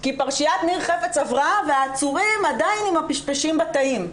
כי פרשיית ניר חפץ עברה והעצורים עדיין עם הפשפשים בתאים.